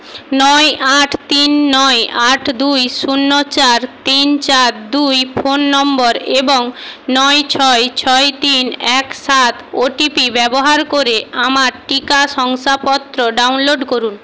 নয় আট তিন নয় আট দুই শূন্য চার তিন চার দুই ফোন নম্বর এবং নয় ছয় ছয় তিন এক সাত ওটিপি ব্যবহার করে আমার টিকা শংসাপত্র ডাউনলোড করুন